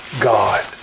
God